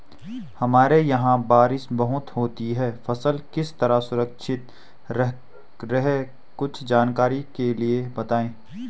हमारे यहाँ बारिश बहुत होती है फसल किस तरह सुरक्षित रहे कुछ जानकारी के लिए बताएँ?